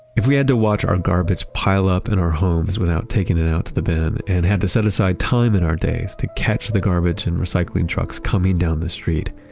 if we had to watch our garbage pile up in our homes without taking it out to the bin and had to set aside time in our days to catch the garbage and recycling trucks coming down the street,